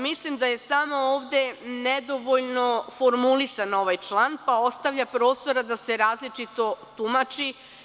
Mislim da je samo ovde nedovoljno formulisan ovaj član, pa ostavlja prostora da se različito tumači.